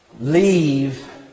leave